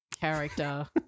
character